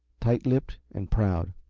tight-lipped and proud.